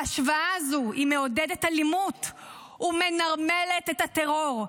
ההשוואה הזו מעודדת אלימות ומנרמלת את הטרור.